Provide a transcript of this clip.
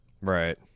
Right